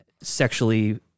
sexually